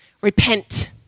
repent